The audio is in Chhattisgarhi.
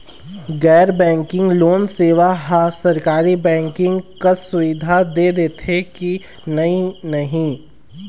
गैर बैंकिंग लोन सेवा हा सरकारी बैंकिंग कस सुविधा दे देथे कि नई नहीं?